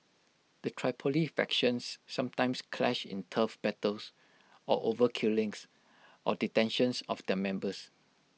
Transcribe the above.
the Tripoli factions sometimes clash in turf battles or over killings or detentions of their members